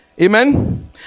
Amen